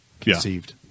conceived